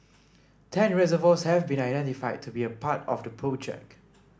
ten reservoirs have been identified to be a part of the project